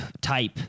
type